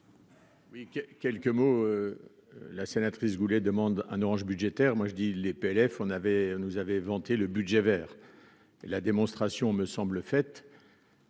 Oui, quelques mots, la sénatrice Goulet demande un orange budgétaire, moi je dis les PLF on avait nous avait vanté le budget vers la démonstration me semble.